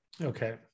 Okay